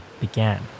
began